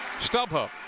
StubHub